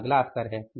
यह अगला स्तर है